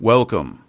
Welcome